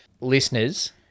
Listeners